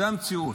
זו המציאות.